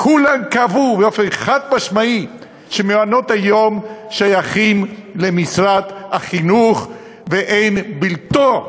כולם קבעו באופן חד-משמעי שמעונות-היום שייכים למשרד החינוך ואין בלתו.